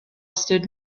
stood